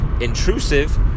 intrusive